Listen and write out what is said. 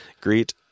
Greet